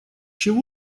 чего